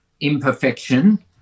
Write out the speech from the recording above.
imperfection